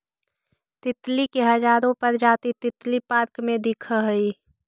तितली के हजारो प्रजाति तितली पार्क में दिखऽ हइ